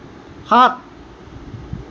সাত